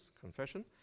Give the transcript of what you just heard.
confession